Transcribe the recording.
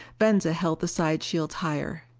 venza held the side shields higher.